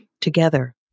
together